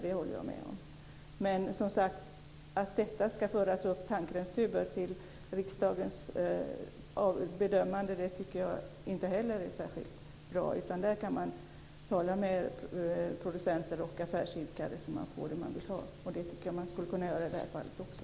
Det håller jag med om. Men som sagt, att tandkrämstuber ska föras upp till riksdagens bedömande tycker jag inte heller är särskilt bra. Där kan man prata med producenter och affärsidkare så att man får det vad man vill ha. Det tycker jag att man skulle kunna göra i det här fallet också.